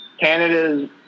Canada's